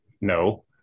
no